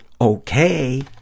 okay